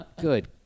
Good